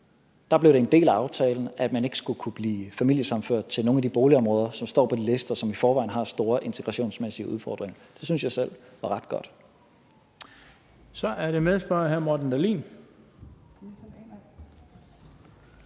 Der blev det en del af aftalen, at man ikke skulle kunne blive familiesammenført til nogen af de boligområder, som står på de lister over boligområder, som i forvejen har store integrationsmæssige udfordringer. Det synes jeg selv var ret godt. Kl. 17:18 Den fg. formand